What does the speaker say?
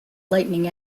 lightning